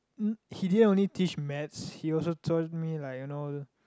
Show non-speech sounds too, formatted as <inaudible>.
<noise> he didn't only teach maths he also told me like you know